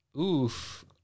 Oof